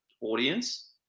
audience